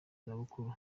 zabukuru